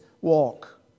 walk